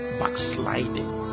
backsliding